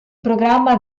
programma